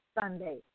Sunday